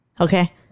Okay